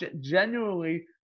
genuinely